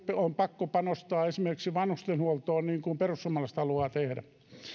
on pakko panostaa esimerkiksi vanhustenhuoltoon niin kuin perussuomalaiset haluavat tehdä